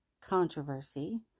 controversy